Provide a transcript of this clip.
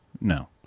no